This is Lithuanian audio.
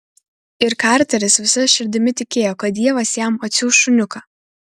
ir karteris visa širdimi tikėjo kad dievas jam atsiųs šuniuką